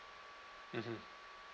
mm mm